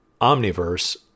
Omniverse